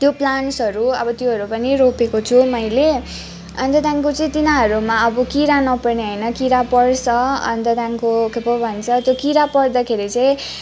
त्यो प्लान्ट्सहरू अब त्योहरू पनि रोपेको छु मैले अन्त त्यहाँदेखिको चाहिँ तिनीहरूमा अब किरा नपर्ने होइन किरा पर्छ अन्त त्यहाँदेखिको के पो भन्छ त्यो किरा पर्दाखेरि चाहिँ